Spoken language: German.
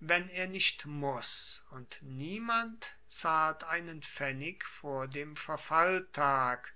wenn er nicht muss und niemand zahlt einen pfennig vor dem verfalltag